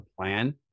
plan